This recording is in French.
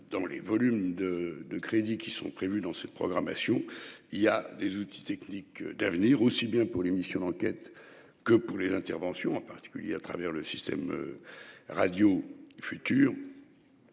Dans les volumes de de crédit qui sont prévues dans cette programmation, il y a des outils techniques d'avenir aussi bien pour l'émission d'enquête que pour les interventions en particulier à travers le système. Radio futur.